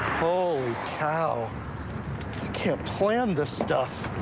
holy cow. you can't plan this stuff.